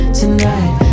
tonight